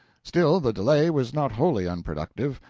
still the delay was not wholly unproductive,